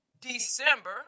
December